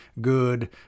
good